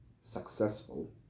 successful